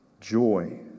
joy